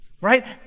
Right